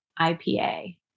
IPA